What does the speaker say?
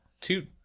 Two